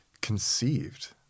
conceived